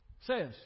says